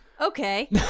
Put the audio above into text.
Okay